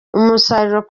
umusaruro